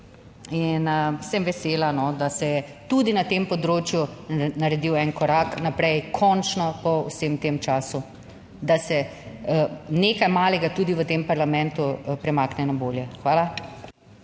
in sem vesela, da se je tudi na tem področju naredil en korak naprej, končno, po vsem tem času, da se nekaj malega tudi v tem parlamentu premakne na bolje. Hvala.